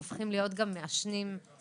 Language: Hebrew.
וחלקם הופכים להיות גם מעשנים קבועים